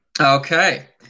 okay